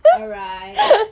alright